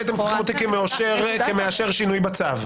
הייתם צריכים אותי כמאשר שינוי בצו.